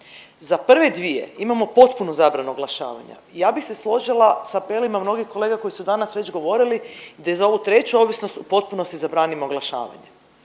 Za prve dvije imamo potpunu zabranu oglašavanja. Ja bih se složila sa apelima mnogih kolega koji su danas već govorili, da za ovu treću ovisnost u potpunosti zabranim oglašavanje.